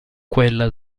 quella